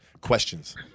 questions